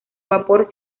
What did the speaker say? vapor